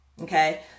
Okay